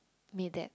made that